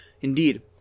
Indeed